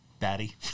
Daddy